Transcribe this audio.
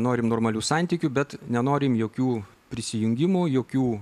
norim normalių santykių bet nenorim jokių prisijungimų jokių